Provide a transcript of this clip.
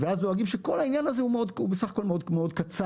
ואז דואגים שכל העניין הזה הוא בסך הכל מאוד קצר.